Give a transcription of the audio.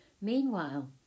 Meanwhile